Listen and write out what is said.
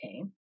okay